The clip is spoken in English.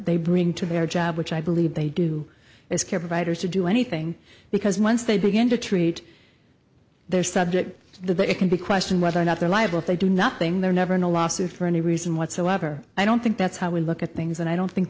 they bring to their job which i believe they do is care providers to do anything because once they begin to treat their subject the it can be question whether or not they're liable if they do nothing they're never in a lawsuit for any reason whatsoever i don't think that's how we look at things and i don't think